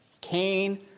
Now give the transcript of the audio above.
Cain